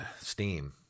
Steam